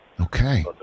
Okay